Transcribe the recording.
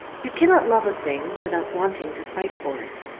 you cannot love a thing without wanting to fight for it.